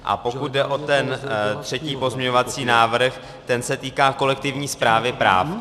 A pokud jde o třetí pozměňovací návrh, ten se týká kolektivní správy práv.